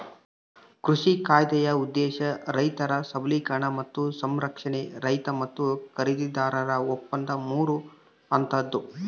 ಕೃಷಿ ಕಾಯ್ದೆಯ ಉದ್ದೇಶ ರೈತರ ಸಬಲೀಕರಣ ಮತ್ತು ಸಂರಕ್ಷಣೆ ರೈತ ಮತ್ತು ಖರೀದಿದಾರನ ಒಪ್ಪಂದ ಮೂರು ಹಂತದ್ದು